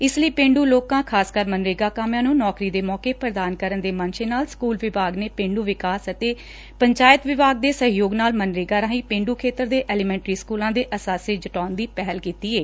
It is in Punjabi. ਇਸ ਲਈ ਪੇਂਡੁ ਲੋਕਾਂ ਖਾਸਕਰ ਮਨਰੇਗਾ ਕਾਮਿਆਂ ਨੁੰ ਨੌਕਰੀ ਦੇ ਮੌਕੇ ਪ੍ਦਾਨ ਕਰਨ ਦੇ ਮਨਸੇ ਨਾਲ ਸਕੁਲ ਵਿਭਾਗ ਨੇ ਪੇਂਡੁ ਵਿਕਾਸ ਅਤੇ ਪੰਚਾਇਤ ਵਿਭਾਗ ਦੇ ਸਹਿਯੋਗ ਨਾਲ ਮਨਰੇਗਾ ਰਾਹੀ ਪੇਂਡੂ ਖੇਤਰਾਂ ਦੇ ਐਲੀਮੈਂਟਰੀ ਸਕੂਲਾਂ ਦੇ ਅਸਾਸੇ ਜੁਟਾਉਣ ਦੀ ਪਹਿਲ ਕੀਤੀ ਏ